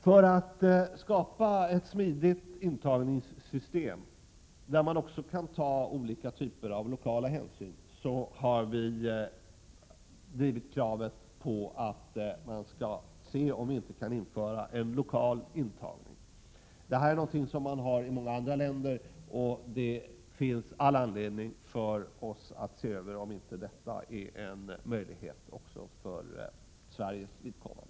För att skapa ett smidigt intagningssystem, där man också kan ta olika typer av lokala hänsyn, har vi drivit kravet på att man bör undersöka möjligheterna att införa lokal intagning. Det har man i många andra länder, och det finns all anledning för oss att undersöka om inte det är en möjlighet också för Sveriges vidkommande.